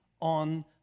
on